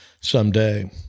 someday